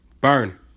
burn